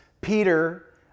Peter